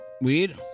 weed